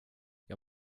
jag